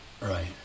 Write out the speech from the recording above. Right